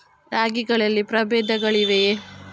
ರಾಗಿಗಳಲ್ಲಿ ಪ್ರಬೇಧಗಳಿವೆಯೇ?